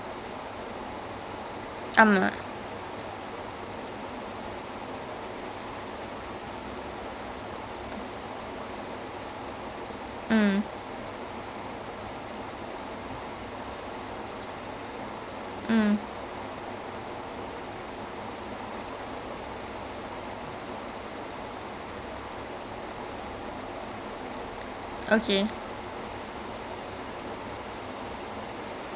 the particle accelerator exploded so அதே மாதிரி அதே நாளுலே வந்து நிறையா பேரு:athae maathiri athae naalulae vanthu niraiyaa peru also got that dark matter inside them which caused them to become either superheroes or super villians so you இவன் வந்து என்ன ஆயிருக்கும் னா அந்த:ivan vanthu enna aayirukkum naa antha thinker க்கு:ku he was wearing this one helmet which was supposed to boost his brain activity then the dark matter hit him then his brain activity increased by mark by millions but then the problem was he also became actually weak because of it